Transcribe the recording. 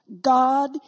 God